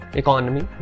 economy